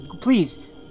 please